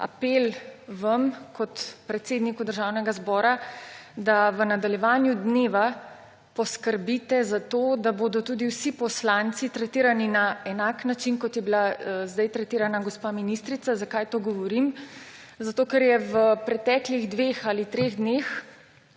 apel vam kot predsedniku Državnega zbora, da v nadaljevanju dneva poskrbite za to, da bodo tudi vsi poslanci tretirani na enak način, kot je bila zdaj tretirana gospa ministrica. Zakaj to govorim? Zato ker je v preteklih dveh ali treh dneh